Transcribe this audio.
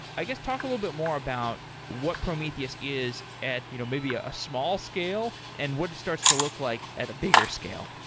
i guess talk a little bit more about what prometheus is at you know maybe a small scale and what it starts to look like at a bigger scale?